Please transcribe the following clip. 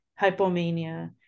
hypomania